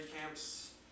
camps